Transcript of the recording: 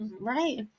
right